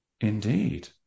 indeed